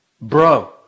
bro